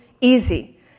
easy